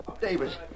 Davis